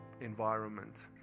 environment